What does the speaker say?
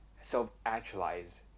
self-actualize